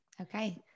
Okay